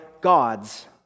gods